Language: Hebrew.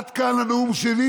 עד כאן הנאום שלי.